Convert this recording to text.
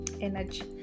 energy